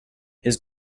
his